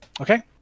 Okay